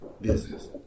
business